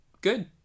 good